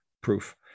proof